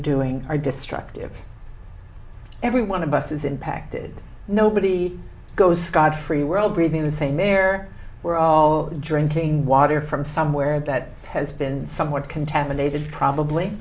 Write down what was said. doing are destructive every one of us is impacted nobody goes scot free world breathing the same air we're all drinking water from somewhere that has been somewhat contaminated probably